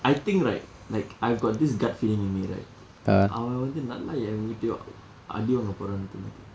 I think right like I've got this gut feeling in me right அவன் வந்து நல்லா யார்கிட்டயோ அடி வாங்க போறான் தோணுது:avan vandthu nallaa yaarkitdayoo aadi vanka poraan thoonuthu